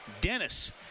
Dennis